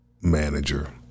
manager